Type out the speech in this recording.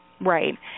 Right